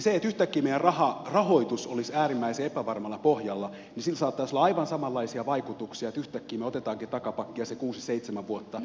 sillä että yhtäkkiä meidän rahoituksemme olisi äärimmäisen epävarmalla pohjalla saattaisi olla aivan samanlaisia vaikutuksia että yhtäkkiä me otammekin takapakkia sen kuusi seitsemän vuotta